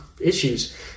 issues